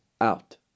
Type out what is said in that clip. out